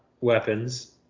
weapons